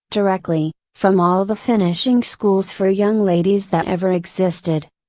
directly, from all the finishing schools for young ladies that ever existed.